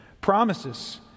Promises